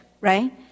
right